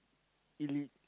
elit~